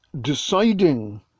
deciding